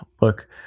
Look